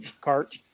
cart